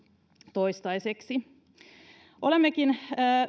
toistaiseksi olemmekin